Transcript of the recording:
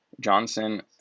Johnson